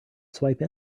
swipe